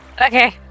Okay